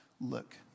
look